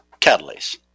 catalase